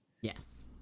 Yes